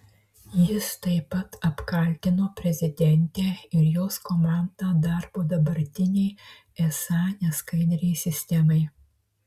jis taip pat apkaltino prezidentę ir jos komandą darbu dabartinei esą neskaidriai sistemai